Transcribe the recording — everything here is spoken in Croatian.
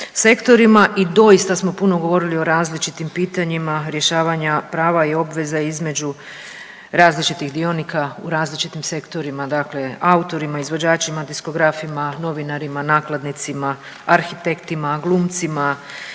i doista smo puno govorili o različitim pitanjima rješavanja prava i obveza između različitih dionika u različitim sektorima, dakle autorima, izvođačima, diskografima, novinarima, nakladnicima, arhitektima, glumcima